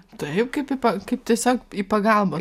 taip kaip į pa kaip tiesiog į pagalbos